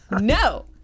no